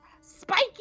Spiky